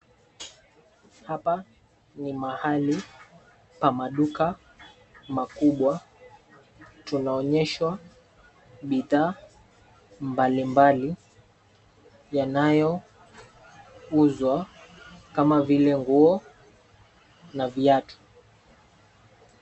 Hapa ni mahali pa maduka makubwa. Tunaonyeshwa bidhaa mbalimbali yanayo uzwa kama vile nguo na viatu.